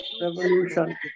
revolution